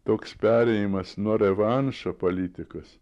toks perėjimas nuo revanšo politikos